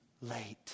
late